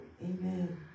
Amen